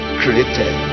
created